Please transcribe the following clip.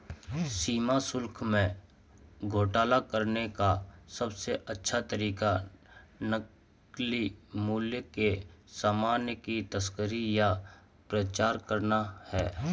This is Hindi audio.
सीमा शुल्क में घोटाला करने का सबसे अच्छा तरीका नकली मूल्य के सामान की तस्करी या प्रचार करना है